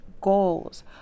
goals